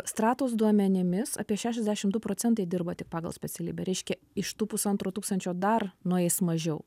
stratos duomenimis apie šešiasdešimt du procentai dirba tik pagal specialybę reiškia iš tų pusantro tūkstančio dar nueis mažiau